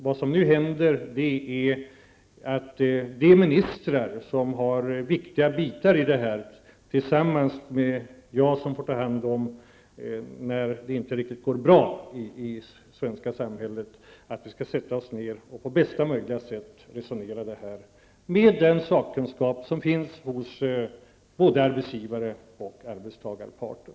Vad som nu händer är att de ministrar som har ansvar för områden som är viktiga i detta sammanhang och jag, som får ta ansvar när det inte riktigt går bra i det svenska samhället, skall sätta oss ned och på bästa möjliga sätt resonera kring detta tillsammans med personer som har sådan sakkunskap som finns hos både arbetsgivar och arbetstagarparten.